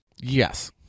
yes